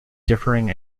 differing